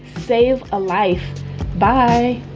save a life by